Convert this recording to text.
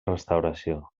restauració